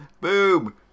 Boom